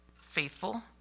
faithful